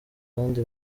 kandi